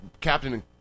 Captain